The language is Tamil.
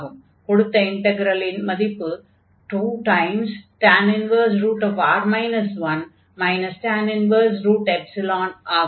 கொடுத்த இன்டக்ரலின் மதிப்பு 2R 1 ஆகும்